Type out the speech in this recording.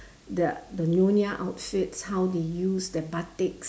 the the nyonya outfits how they use the batik